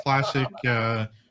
classic –